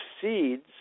seeds